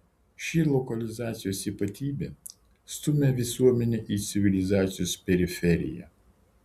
ši lokalizacijos ypatybė stumia visuomenę į civilizacijos periferiją